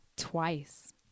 twice